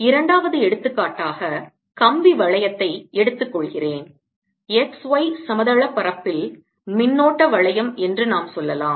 இரண்டாவது எடுத்துக்காட்டாக கம்பி வளையத்தை எடுத்துக்கொள்கிறேன் x y சமதளப்பரப்பில் மின்னோட்ட வளையம் என்று நாம் சொல்லலாம்